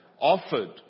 offered